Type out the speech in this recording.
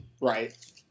Right